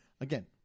again